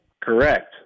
Correct